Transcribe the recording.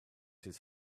his